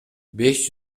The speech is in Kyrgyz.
беш